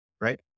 right